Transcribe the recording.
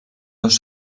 dos